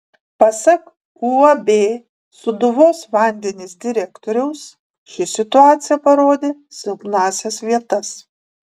pasak uab sūduvos vandenys direktoriaus ši situacija parodė silpnąsias vietas